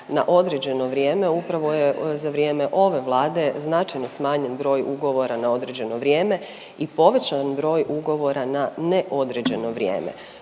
na određeno vrijeme upravo je za vrijeme ove Vlade značajno smanjen broj ugovora na određeno vrijeme i povećan broj ugovora na neodređeno vrijeme.